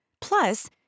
plus